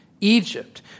Egypt